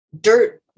dirt